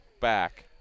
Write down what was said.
back